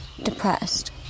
Depressed